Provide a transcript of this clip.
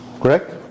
correct